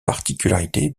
particularité